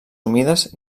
humides